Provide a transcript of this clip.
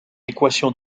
équation